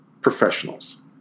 professionals